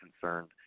concerned